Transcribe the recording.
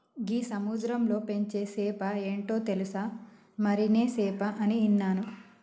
గీ సముద్రంలో పెంచే సేప ఏంటో తెలుసా, మరినే సేప అని ఇన్నాను